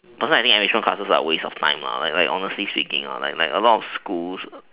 but then I think enrichment classes are a waste of time like like honestly speaking like like a lot of schools